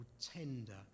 tender